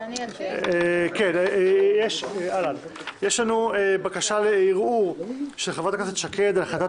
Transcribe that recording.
2020. יש לנו בקשה לערעור של חברת הכנסת שקד על החלטת